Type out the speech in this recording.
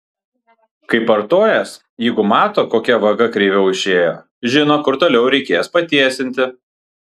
kaip artojas jeigu mato kokia vaga kreiviau išėjo žino kur toliau reikės patiesinti